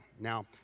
Now